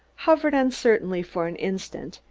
hovered uncertainly for an instant,